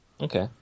Okay